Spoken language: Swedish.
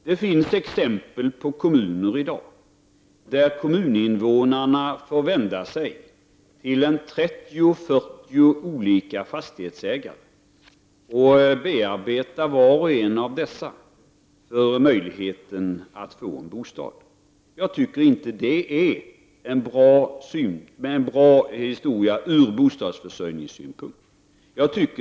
Det finns exempel på kommuner där kommuninvånarna får vända sig till 30—40 olika fastighetsägare och bearbeta var och en av dessa för att få bostad. Jag tycker inte att detta är bra från bostadsförsörjningssynpunkt.